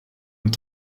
und